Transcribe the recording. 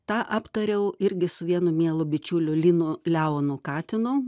tą aptariau irgi su vienu mielu bičiuliu linu leonu katinu